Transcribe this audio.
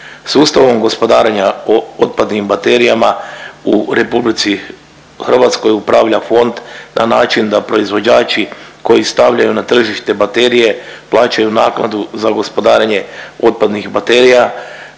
Sustavom gospodarenja otpadnim baterijama u RH upravlja fond na način da proizvođači koji stavljaju na tržište baterije plaćaju naknadu za gospodarenje otpadnih baterija